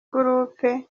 groupe